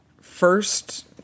first